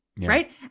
right